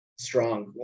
strong